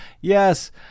yes